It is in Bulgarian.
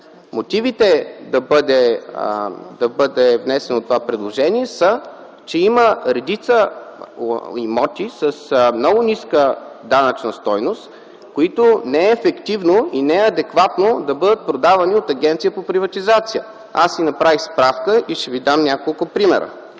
Мотивите да бъде внесено това предложение са, че има редица имоти с много ниска данъчна стойност, които не е ефективно и адекватно да бъдат продавани от Агенцията за приватизация. Аз направих справка и ще Ви дам няколко примера: